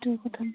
সেইটোৱে কথা